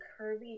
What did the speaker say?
curvy